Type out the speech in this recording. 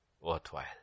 worthwhile